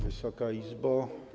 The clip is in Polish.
Wysoka Izbo!